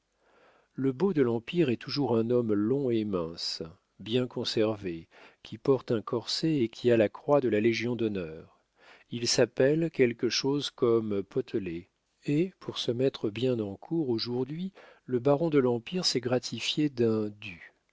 le beau de l'empire est toujours un homme long et mince bien conservé qui porte un corset et qui a la croix de la légion-d'honneur il s'appelle quelque chose comme potelet et pour se mettre bien en cour aujourd'hui le baron de l'empire s'est gratifié d'un du